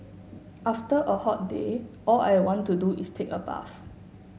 after a hot day all I want to do is take a bath